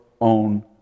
own